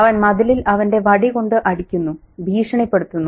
അവൻ മതിലിൽ അവന്റെ വടി കൊണ്ട് അടിക്കുന്നു ഭീഷണിപ്പെടുത്തുന്നു